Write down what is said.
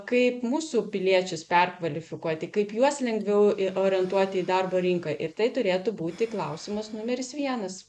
kaip mūsų piliečius perkvalifikuoti kaip juos lengviau orientuoti į darbo rinką ir tai turėtų būti klausimas numeris vienas